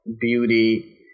Beauty